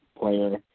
player